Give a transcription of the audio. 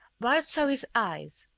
bart saw his eyes.